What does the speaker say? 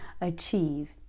achieve